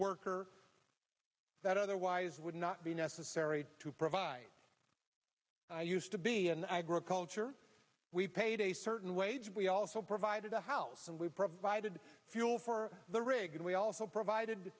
worker that otherwise would not be necessary to provide i used to be an agriculture we paid a certain wage we also provided a house and we provided fuel for the rig and we also provided